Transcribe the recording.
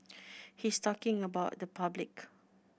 he's talking about the public